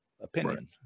opinion